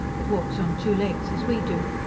it walks on two legs, as we do.